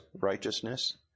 righteousness